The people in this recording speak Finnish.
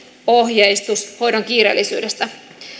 ohjeistus hoidon kiireellisyydestä